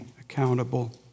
accountable